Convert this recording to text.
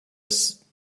yes